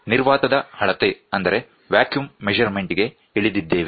ಆದ್ದರಿಂದ ನಾವೀಗ ನಿರ್ವಾತದ ಅಳತೆಗೆ ಇಳಿದಿದ್ದೇವೆ